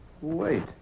Wait